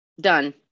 Done